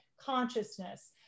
consciousness